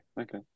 okay